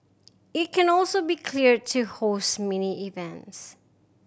it can also be cleared to host mini events